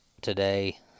today